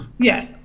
yes